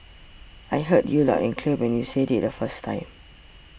I heard you loud and clear when you said it the first time